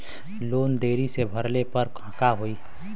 Loan देरी से भरले पर का होई?